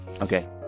Okay